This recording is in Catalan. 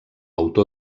autor